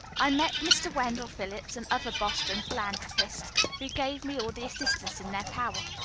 i met mr. wendell phillips, and other boston philanthropists, who gave me all the assistance in their power.